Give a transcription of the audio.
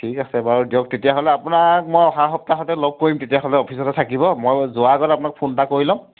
ঠিক আছে বাৰু দিয়ক তেতিয়াহ'লে আপোনাক মই অহা সপ্তাহতে লগ কৰিম তেতিয়াহ'লে অফিচতে থাকিব মই যোৱা আগত আপোনাক ফোন এটা কৰি ল'ম